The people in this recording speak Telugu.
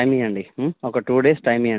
రైట్ పంపిస్తాను